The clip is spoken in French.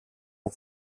aux